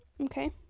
Okay